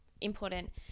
important